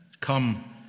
come